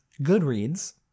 Goodreads